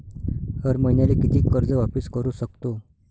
हर मईन्याले कितीक कर्ज वापिस करू सकतो?